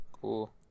Cool